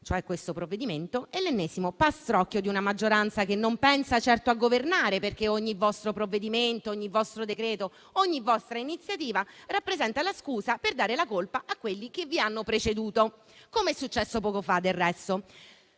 cioè questo provvedimento, è l'ennesimo pastrocchio di una maggioranza che non pensa certo a governare, perché ogni vostro provvedimento, ogni vostro decreto, ogni vostra iniziativa rappresenta la scusa per dare la colpa a quelli che vi hanno preceduto, come è successo poco fa, del resto.